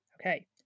Okay